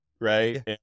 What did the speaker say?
right